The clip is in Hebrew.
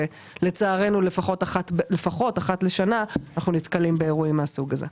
שלצערנו לפחות אחת לשנה אנחנו נתקלים באירועים מהסוג הזה.